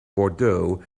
bordeaux